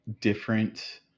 different